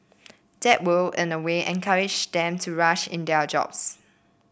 that will in a way encourage them to rush in their jobs